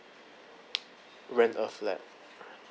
rent a flat